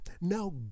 now